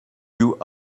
you